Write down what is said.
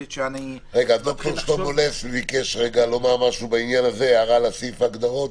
ד"ר שלמה נס ביקש לומר הערה לסעיף ההגדרות.